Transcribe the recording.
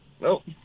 Nope